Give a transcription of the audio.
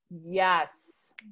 Yes